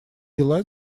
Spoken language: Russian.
дела